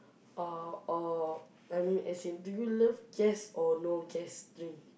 or or I mean as in do you love gas or no gas drink